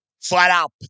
flat-out